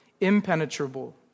impenetrable